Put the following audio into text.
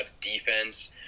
defense